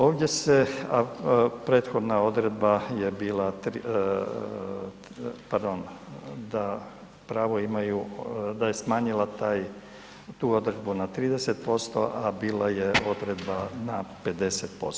Ovdje se, a prethodna odredba je bila, pardon da pravo imaju, da je smanjila taj, tu odredbu na 30%, a bila je odredba na 50%